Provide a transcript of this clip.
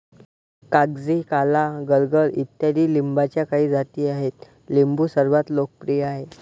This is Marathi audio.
कागजी, काला, गलगल इत्यादी लिंबाच्या काही जाती आहेत लिंबू सर्वात लोकप्रिय आहे